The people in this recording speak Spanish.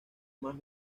más